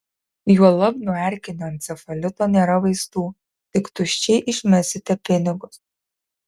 juolab nuo erkinio encefalito nėra vaistų tik tuščiai išmesite pinigus